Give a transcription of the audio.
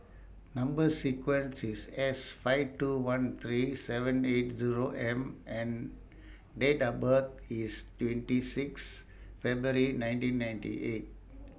Number sequence IS S five two one three seven eight Zero M and Date of birth IS twenty six February nineteen ninety eight